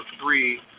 three